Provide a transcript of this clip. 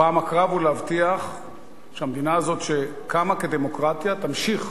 הפעם הקרב הוא להבטיח שהמדינה הזאת שקמה כדמוקרטיה תמשיך